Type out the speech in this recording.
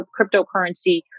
cryptocurrency